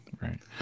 Right